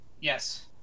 Yes